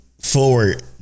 forward